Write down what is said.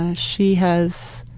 ah she has,